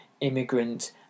immigrant